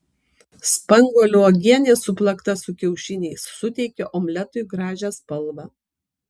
spanguolių uogienė suplakta su kiaušiniais suteikia omletui gražią spalvą